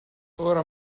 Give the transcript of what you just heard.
ora